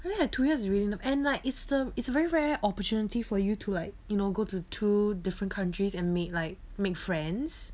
I had two years is really not and like it's a it's a very rare opportunity for you to like you know go to two different countries and meet like make friends